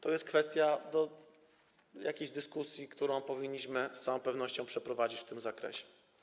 To jest kwestia do dyskusji, którą powinniśmy z całą pewnością przeprowadzić w tym zakresie.